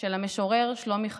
של המשורר שלומי חתוכה: